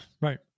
right